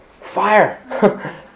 Fire